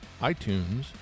iTunes